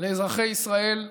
לאזרחי ישראל כולם,